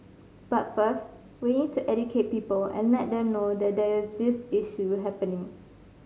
but first we need to educate people and let them know that there is this issue happening